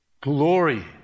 Glory